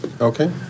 Okay